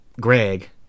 Greg